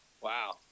Wow